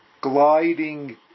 gliding